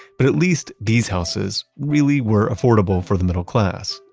but at least these houses really were affordable for the middle class,